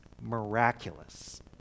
miraculous